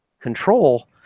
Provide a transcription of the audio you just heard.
control